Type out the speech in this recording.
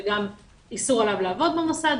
וגם איסור עליו לעבוד במוסד,